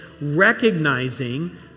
recognizing